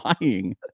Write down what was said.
lying